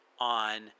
on